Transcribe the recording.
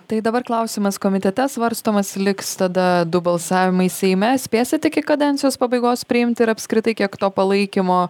tai dabar klausimas komitete svarstomas liks tada du balsavimai seime spėsit iki kadencijos pabaigos priimti ir apskritai kiek to palaikymo